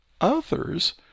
others